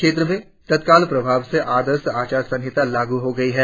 क्षेत्र में तत्काल प्रभाव से आदर्श आचार संहिता लागु हो गई है